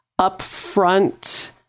upfront